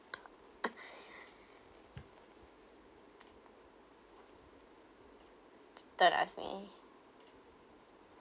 just don't ask me